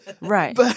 Right